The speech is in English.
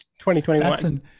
2021